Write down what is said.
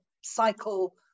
cycle